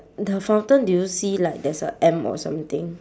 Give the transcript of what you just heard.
the fountain do you see like there's a M or something